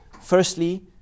firstly